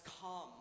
come